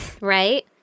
Right